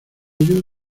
ellos